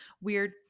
weird